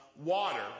water